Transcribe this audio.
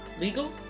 legal